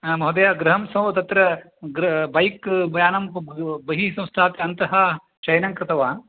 महोदय गृहं स तत्र गृ बैक्यानं बहिः संस्थाप्य अन्तः शयनं कृतवान्